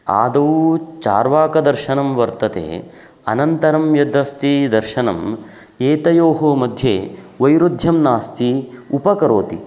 आदौ चार्वाकदर्शनं वर्तते अनन्तरं यदस्ति दर्शनम् एतयोः मध्ये वैरुद्ध्यं नास्ति उपकरोति